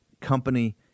company